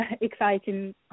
exciting